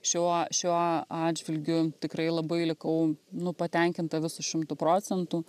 šiuo šiuo atžvilgiu tikrai labai likau nu patenkinta visu šimtu procentų